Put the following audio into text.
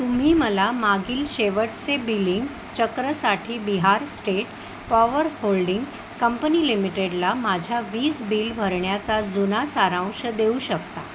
तुम्ही मला मागील शेवटचे बिलिंग चक्रसाठी Bihar state power holding company लिमिटेडला माझ्या वीज बिल भरण्याचा जुना सारांश देऊ शकता